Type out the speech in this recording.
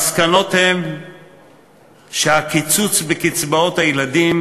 המסקנות הן שהקיצוץ בקצבאות הילדים,